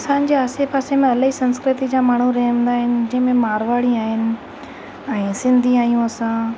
असांजे आसे पासे में इलाही संस्कृती जा माण्हू रहंदा आहिनि जंहिं में मारवाड़ी आहिनि ऐं सिंधी आहियूं असां